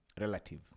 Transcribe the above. relative